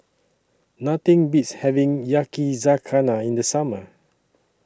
Nothing Beats having Yakizakana in The Summer